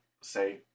say